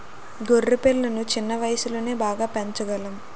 గొర్రె పిల్లలను చిన్న వయసులోనే బాగా పెంచగలం